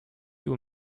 aux